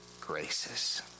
graces